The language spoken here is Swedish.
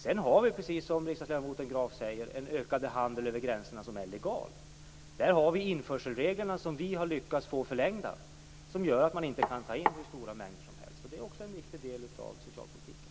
Sedan har vi, som riksdagsledamoten Graf säger, en ökad legal handel över gränserna. Vi har lyckats få införselreglerna förlängda, och det gör att man inte kan ta in hur stora mängder som helst. Också det är en viktig del av socialpolitiken.